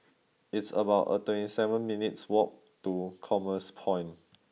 it's about a twenty seven minutes' walk to Commerce Point